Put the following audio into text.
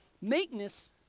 meekness